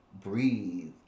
breathe